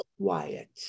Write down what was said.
quiet